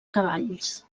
cavalls